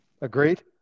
Agreed